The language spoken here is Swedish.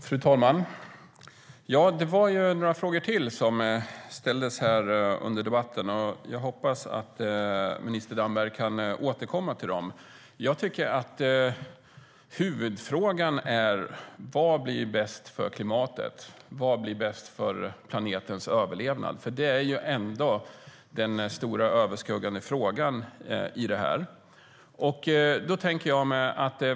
Fru talman! Det ställdes några ytterligare frågor här under debatten. Jag hoppas att minister Damberg kan återkomma till dem. Huvudfrågan är: Vad blir bäst för klimatet och för planetens överlevnad? Det är ändå den stora överskuggande frågan.